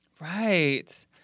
Right